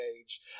age